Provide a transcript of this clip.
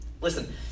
Listen